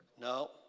No